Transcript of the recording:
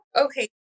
Okay